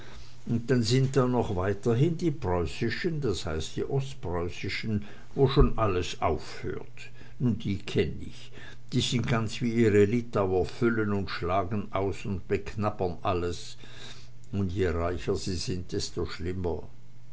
und dann sind da noch weiterhin die preußischen das heißt die ostpreußischen wo schon alles aufhört nun die kenn ich die sind ganz wie ihre litauer füllen und schlagen aus und beknabbern alles und je reicher sie sind desto schlimmer